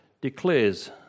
declares